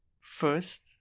First